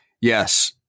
Yes